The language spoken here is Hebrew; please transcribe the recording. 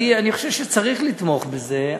אני חושב שצריך לתמוך בזה.